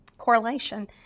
correlation